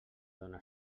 dona